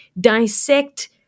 dissect